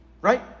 Right